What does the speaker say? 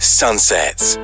sunsets